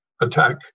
attack